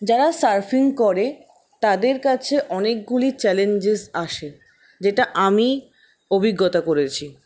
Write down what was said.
যারা সার্ফিং করে তাদের কাছে অনেকগুলি চ্যালেঞ্জেস আসে যেটা আমি অভিজ্ঞতা করেছি